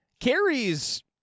Carrie's